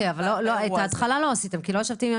אבל את ההתחלה לא עשיתם כי לא ישבתם עם